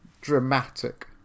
dramatic